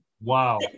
Wow